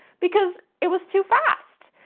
because it was too fast.